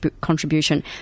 contribution